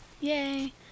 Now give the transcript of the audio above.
Yay